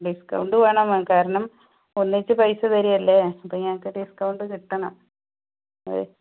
discount വേണം കാരണം ഒന്നിച്ചു പൈസ തരുവല്ലേ അപ്പോൾ ഞങ്ങൾക്ക് ഡിസ്കൗണ്ട് കിട്ടണം